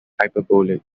hyperbolic